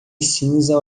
cinza